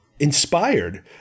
inspired